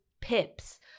pips